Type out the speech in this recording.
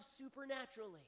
supernaturally